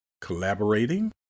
collaborating